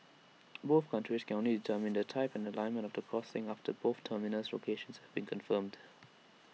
both countries can only determine the type and alignment of crossing after both terminus locations have been confirmed